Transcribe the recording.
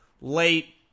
late